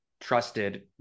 trusted